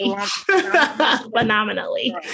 Phenomenally